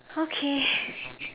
okay